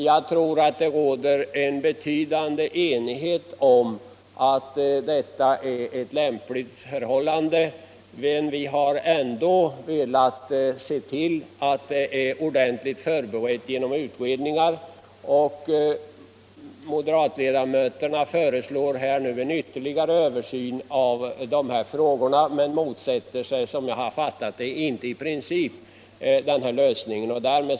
Jag tror att det råder en betydande enighet om att det i sådana fall är lämpligt med gemensam omvårdnad av barnen, men vi har ändå velat se till att frågan är ordentligt förberedd genom utredningar. Moderatledamöterna föreslår nu en ytterligare översyn av dessa frågor men motsätter sig, som jag har uppfattat det, inte i princip den lösning utskottet förordat.